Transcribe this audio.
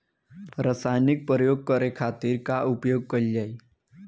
रसायनिक प्रयोग करे खातिर का उपयोग कईल जाइ?